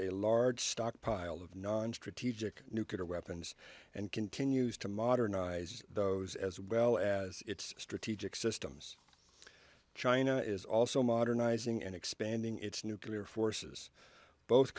a large stockpile of non strategic nuclear weapons and continues to modernize those as well as its strategic systems china is also modernizing and expanding its nuclear forces both